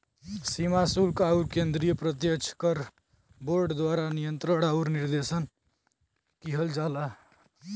सीमा शुल्क आउर केंद्रीय प्रत्यक्ष कर बोर्ड द्वारा नियंत्रण आउर निर्देशन किहल जाला